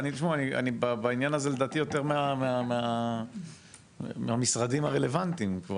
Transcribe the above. אני בעניין הזה לדעתי יותר מהמשרדים הרלוונטיים.